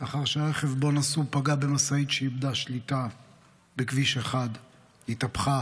לאחר שהרכב שבו נסעו פגע במשאית שאיבדה שליטה בכביש 1 והתהפכה.